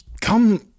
come